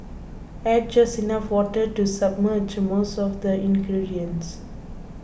add just enough water to submerge most of the ingredients